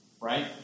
Right